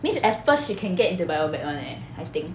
means at first she can get into biomed [one] leh I think